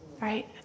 Right